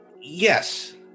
yes